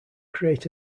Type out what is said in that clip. create